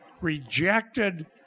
rejected